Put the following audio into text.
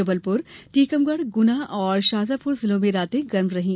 जबलपुर टीकमगढ़ गुना और शाजापुर जिलों में रातें गर्म रहीं